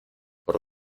por